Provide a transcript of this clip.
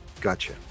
Gotcha